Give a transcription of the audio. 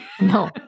No